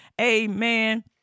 Amen